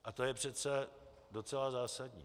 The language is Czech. A to je přece docela zásadní.